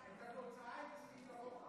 לא התעייפה לך היד?